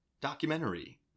documentary